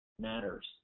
matters